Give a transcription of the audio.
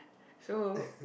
so